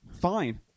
Fine